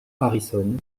harrison